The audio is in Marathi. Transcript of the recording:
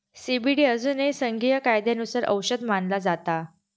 सी.बी.डी अजूनही संघीय कायद्यानुसार औषध मानला जाता